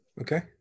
Okay